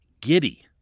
giddy